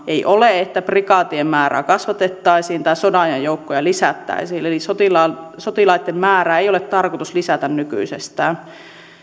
ei ole että prikaatien määrää kasvatettaisiin tai sodanajan joukkoja lisättäisiin eli eli sotilaitten määrää ei ole tarkoitus lisätä nykyisestään